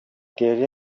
گریه